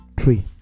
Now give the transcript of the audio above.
three